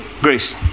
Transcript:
grace